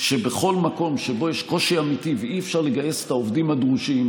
שבכל מקום שבו יש קושי אמיתי ואי-אפשר לגייס את העובדים הדרושים,